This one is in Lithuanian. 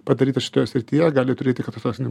padaryta šitoje srityje gali turėti katastrofinių